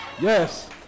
Yes